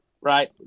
right